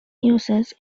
uses